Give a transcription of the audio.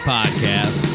Podcast